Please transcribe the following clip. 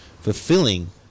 fulfilling